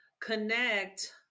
connect